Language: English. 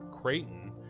creighton